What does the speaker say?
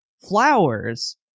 flowers